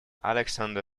alexander